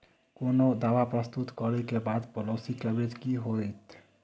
कोनो दावा प्रस्तुत करै केँ बाद पॉलिसी कवरेज केँ की होइत?